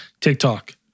TikTok